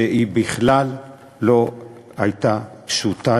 שבכלל לא הייתה פשוטה,